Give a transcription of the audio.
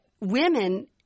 women